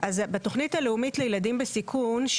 אז בתוכנית הלאומית לילדים בסיכון,